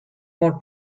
more